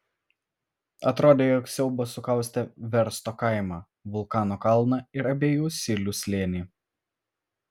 atrodė jog siaubas sukaustė versto kaimą vulkano kalną ir abiejų silių slėnį